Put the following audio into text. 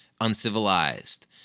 uncivilized